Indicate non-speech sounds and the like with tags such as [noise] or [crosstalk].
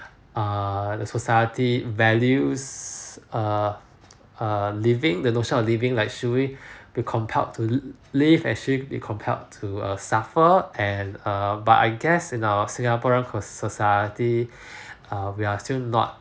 err the society values err err living the notion of living like should we [breath] be compelled to live and should we be compelled to err suffer and err but I guess you know singaporean ko~ society err we are still not